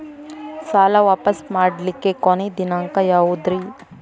ಸಾಲಾ ವಾಪಸ್ ಮಾಡ್ಲಿಕ್ಕೆ ಕೊನಿ ದಿನಾಂಕ ಯಾವುದ್ರಿ?